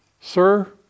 Sir